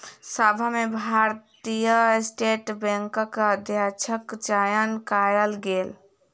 सभा में भारतीय स्टेट बैंकक अध्यक्षक चयन कयल गेल